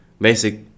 basic